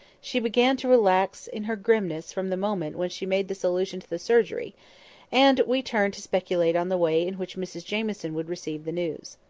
she began to relax in her grimness from the moment when she made this allusion to the surgery and we turned to speculate on the way in which mrs jamieson would receive the news.